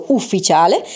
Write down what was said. ufficiale